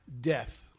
death